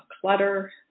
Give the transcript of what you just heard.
clutter